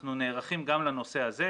שאנחנו נערכים גם לנושא הזה.